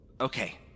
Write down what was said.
Okay